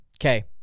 Okay